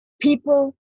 people